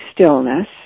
stillness